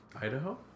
Idaho